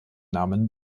namen